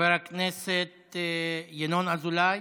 חבר הכנסת ינון אזולאי,